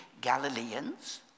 Galileans